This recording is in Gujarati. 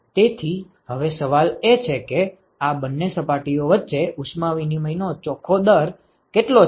તેથી હવે સવાલ એ છે કે આ બંને સપાટીઓ વચ્ચે ઉષ્મા વિનિમય નો ચોખ્ખો દર કેટલો છે